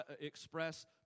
express